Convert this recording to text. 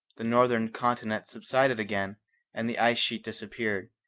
the northern continent subsided again and the ice sheet disappeared,